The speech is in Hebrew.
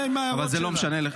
אבל זה לא משנה לך.